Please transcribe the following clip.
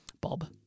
Bob